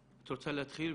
אני רוצה שבית הספר יפתח.